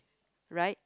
right